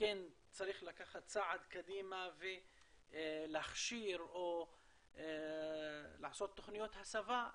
כן צריך לקחת צעד קדימה ולהכשיר או לעשות תוכניות הסבה.